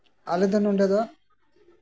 ᱟᱞᱮ ᱫᱚ ᱱᱚᱰᱮ ᱫᱚ